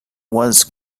was